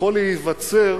יכול להיווצר,